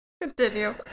Continue